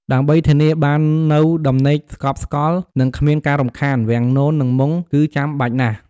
ដើម្បីធានាបាននូវដំណេកស្កប់ស្កល់ និងគ្មានការរំខាន វាំងនន និងមុង គឺចាំបាច់ណាស់។